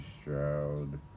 Stroud